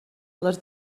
les